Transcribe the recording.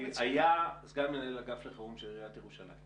כי היה סגן מנהל האגף לחירום של עיריית ירושלים,